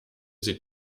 sie